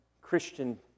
Christian